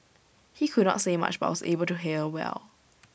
he could not say much but was able to hear well